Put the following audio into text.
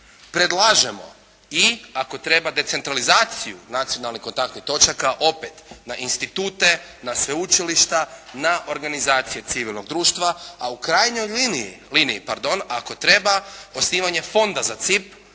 Predlažemo i ako treba decentralizaciju nacionalnih kontaktnih točaka opet na institute, na sveučilišta, na organizacije civilnog društva a u krajnjoj liniji ako treba osnivanje fonda za CIP